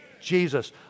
Jesus